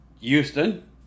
Houston